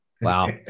Wow